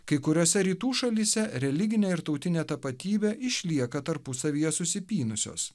kai kuriose rytų šalyse religinė ir tautinė tapatybė išlieka tarpusavyje susipynusios